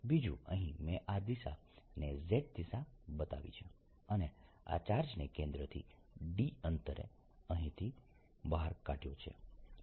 બીજું અહીં મેં આ દિશાને z દિશા બનાવી છે અને આ ચાર્જને કેન્દ્રથી d અંતરે અહીંથી બહાર કાઢયો છે